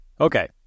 Okay